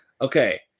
Okay